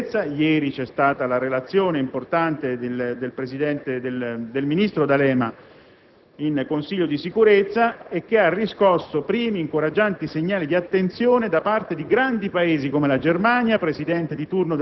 Per queste ragioni, la discussione si è sviluppata sulla dimensione politica del problema afgano e sulla proposta del Governo di una conferenza internazionale